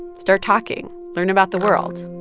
and start talking, learn about the world.